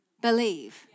Believe